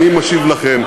אני משיב לכם,